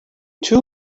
too